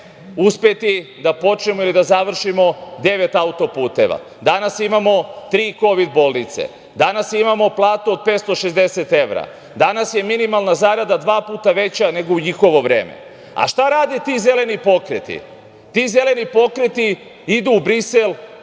uspeti da počnemo ili da završimo devet autoputeva, danas imamo tri kovid bolnice, danas imamo platu od 560 evra, danas je minimalna zarada dva puta veća nego u njihovo vreme.A, šta rade ti zeleni pokreti? Ti zeleni pokreti idu u Brisel,